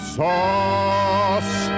sauce